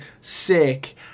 sick